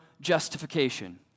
justification